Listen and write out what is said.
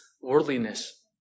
worldliness